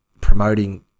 promoting